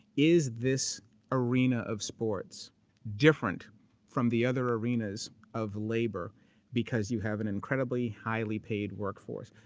is this arena of sports different from the other arenas of labor because you have an incredibly highly paid workforce?